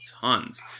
tons